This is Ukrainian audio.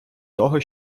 того